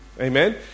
Amen